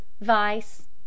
vice